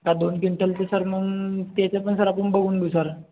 मका दोन क्विंटलचे सर मिळून त्याचे पण सर आपण बघून घेऊ सर